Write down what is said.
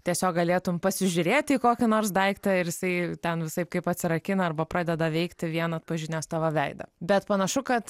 tiesiog galėtum pasižiūrėti į kokį nors daiktą ir jisai ten visaip kaip atsirakina arba pradeda veikti vien atpažinęs tavo veidą bet panašu kad